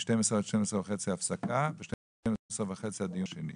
משעה 12:00 עד 12:30 תהיה הפסקה ואז יתחיל הדיון השני.